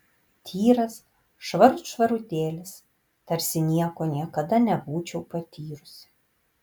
tyras švarut švarutėlis tarsi nieko niekada nebūčiau patyrusi